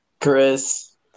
Chris